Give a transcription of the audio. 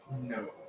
No